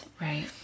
right